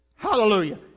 hallelujah